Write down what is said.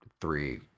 three